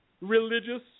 religious